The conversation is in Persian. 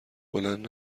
بلند